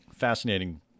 Fascinating